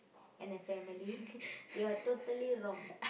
and a family you are totally wrong